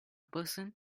person